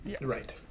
Right